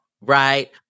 right